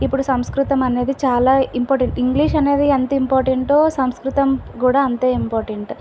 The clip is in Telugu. ఇప్పుడు సంస్కృతం అనేది చాలా ఇంపార్టెంట్ ఇంగ్లీష్ అనేది ఎంత ఇంపార్టెంటో సంస్కృతానికి కూడా అంతే ఇంపార్టెంట్